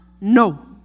No